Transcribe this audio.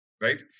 right